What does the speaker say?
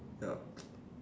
ya